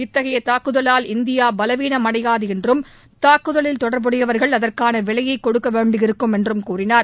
இத்தகைய தாக்குதவால் இந்தியா பலவீனமடையாது என்றும் தாக்குதவில் தொடர்புடையவர்கள் அதற்கான விலையை கொடுக்க வேண்டியிருக்கும் என்றும் கூறினார்